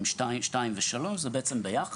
זה אותו הדבר,